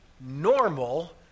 normal